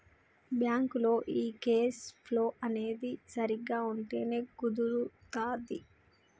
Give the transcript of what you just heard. బ్యాంకులో ఈ cash flow అనేది సరిగ్గా ఉంటేనే కుదురుతాది